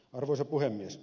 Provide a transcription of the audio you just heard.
arvoisa puhemies